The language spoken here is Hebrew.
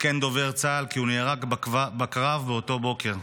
עדכן דובר צה"ל כי הוא נהרג בקרב באותו בוקר.